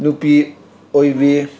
ꯅꯨꯄꯤ ꯑꯣꯏꯕꯤ